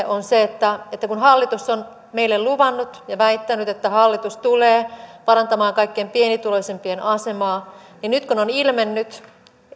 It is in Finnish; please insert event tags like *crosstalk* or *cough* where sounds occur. *unintelligible* on se että että kun hallitus on meille luvannut ja väittänyt että hallitus tulee parantamaan kaikkein pienituloisimpien asemaa niin nyt kun on ilmennyt